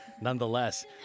nonetheless